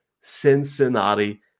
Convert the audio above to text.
Cincinnati